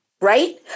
Right